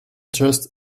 just